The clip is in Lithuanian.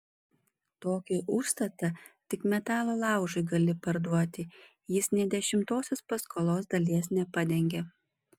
tokį užstatą tik metalo laužui gali parduoti jis nė dešimtosios paskolos dalies nepadengia